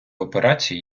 операції